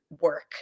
work